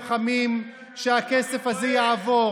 צה"ל התחייב בפני הלוחמים שהכסף הזה יעבור.